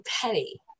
petty